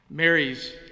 Mary's